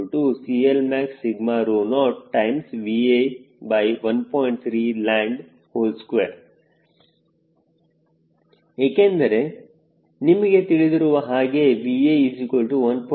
3land2 ಏಕೆಂದರೆ ನಿಮಗೆ ತಿಳಿದಿರುವ ಹಾಗೆ VA 1